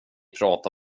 prata